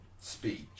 speech